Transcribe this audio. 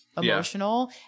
emotional